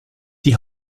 die